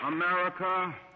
America